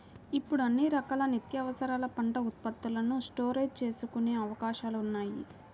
ఇప్పుడు అన్ని రకాల నిత్యావసరాల పంట ఉత్పత్తులను స్టోరేజీ చేసుకునే అవకాశాలున్నాయి